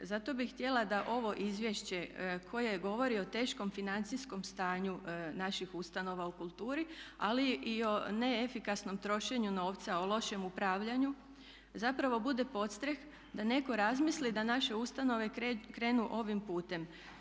Zato bih htjela da ovo izvješće koje govori o teškom financijskom stanju naših ustanova u kulturi, ali i o neefikasnom trošenju novca, o lošem upravljanju zapravo bude podstrek da netko razmisli da naše ustanove krenu ovim putem.